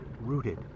rooted